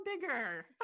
bigger